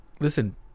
Listen